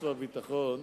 והביטחון,